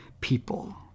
people